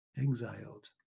exiled